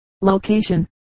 location